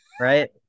Right